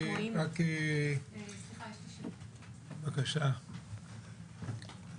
לפני חודשיים התקיים דיון ובו הצהירו